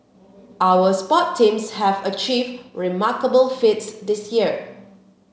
our sports teams have achieved remarkable feats this year